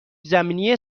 زمینی